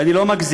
ואני לא מגזים: